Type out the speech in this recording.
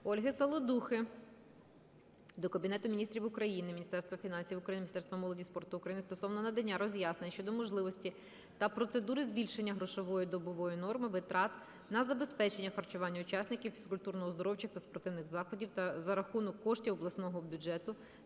Ольги Саладухи до Кабінету Міністрів України, Міністерства фінансів України, Міністерства молоді та спорту України стосовно надання роз'яснень щодо можливості та процедури збільшення грошової добової норми витрат на забезпечення харчуванням учасників фізкультурно-оздоровчих та спортивних заходів за рахунок коштів обласного бюджету